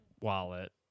wallet